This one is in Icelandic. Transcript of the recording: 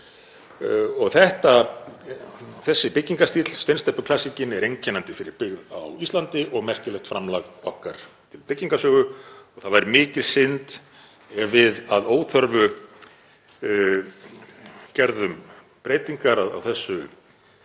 Þessi byggingarstíll, steinsteypuklassíkin, er einkennandi fyrir byggð á Íslandi og merkilegt framlag okkar til byggingarsögu og það væri mikil synd ef við, að óþörfu, gerðum breytingar á þessum